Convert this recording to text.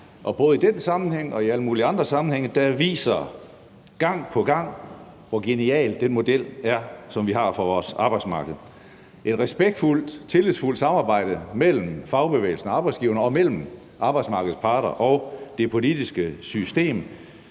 Og både i den sammenhæng og i alle mulige andre sammenhænge har det gang på gang vist sig, hvor genial den model, som vi har for vores arbejdsmarked, er. Et respektfuldt og tillidsfuldt samarbejde mellem fagbevægelsen og arbejdsgiverne og mellem arbejdsmarkedets parter og det politiske system